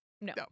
No